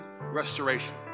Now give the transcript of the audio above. restoration